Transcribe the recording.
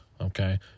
Okay